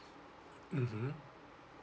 mmhmm